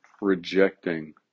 rejecting